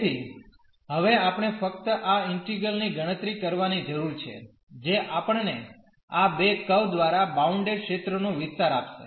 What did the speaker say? તેથી હવે આપણે ફક્ત આ ઈન્ટિગ્રલ ની ગણતરી કરવાની જરૂર છે જે આપણને આ બે કર્વ દ્વારા બાઉન્ડેડ ક્ષેત્રનો વિસ્તાર આપશે